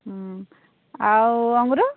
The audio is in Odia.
ହଁ ଆଉ ଅଙ୍ଗୁର